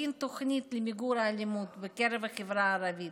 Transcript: הכין תוכנית למיגור האלימות בקרב החברה הערבית,